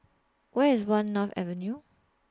Where IS one North Avenue